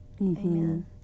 Amen